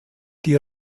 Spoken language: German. die